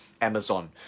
Amazon